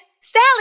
Sally